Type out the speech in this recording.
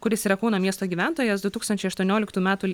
kuris yra kauno miesto gyventojas du tūkstančiai aštuonioliktų metų